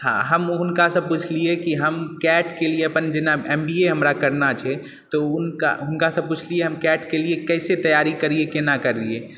हँ हम हुनका सँ पुछलियै की हम कैट के लिए अपन जेना एम बी ए हमरा करना छै त हुनका सँ पुछलियै हम कैट के लिए कैसे तैयारी करियै केना करियै